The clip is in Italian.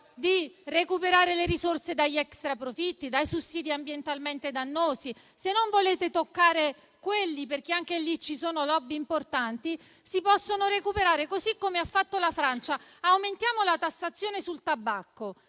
di recuperare le risorse dagli extraprofitti e dai sussidi ambientalmente dannosi. Se non volete toccare quelli, perché anche lì ci sono *lobby* importanti, si possono recuperare in altro modo, così come ha fatto la Francia: aumentiamo la tassazione sul tabacco,